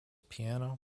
piano